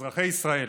אזרחי ישראל,